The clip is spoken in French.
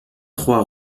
trois